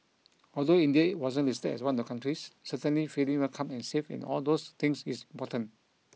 although India wasn't listed as one of the countries certainly feeling welcome and safe and all those things is important